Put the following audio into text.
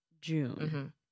June